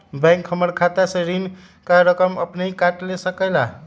Bank हमार खाता से ऋण का रकम अपन हीं काट ले सकेला?